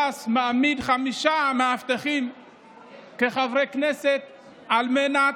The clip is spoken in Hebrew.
המדינה צריכה להיאבק בחירוף נפש נגד העבריינים